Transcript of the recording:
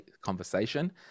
conversation